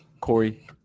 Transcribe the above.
Corey